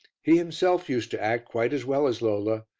he himself used to act quite as well as lola,